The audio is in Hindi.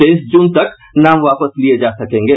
तेईस जून तक नाम वापस लिये जा सकेंगे